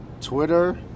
Twitter